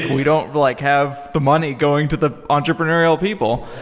we don't like have the money going to the entrepreneurial people.